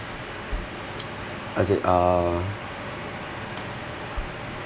how to say uh